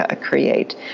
create